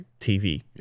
TV